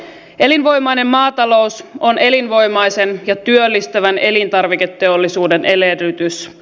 elinvoimainen maatalous on elinvoimaisen ja työllistävän elintarviketeollisuuden edellytys